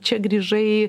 čia grįžai